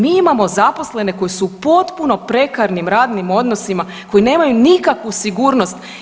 Mi imamo zaposlene koji su potpuno prekarnim radnim odnosima koji nemaju nikakvu sigurnost.